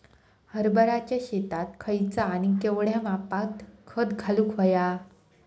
हरभराच्या शेतात खयचा आणि केवढया मापात खत घालुक व्हया?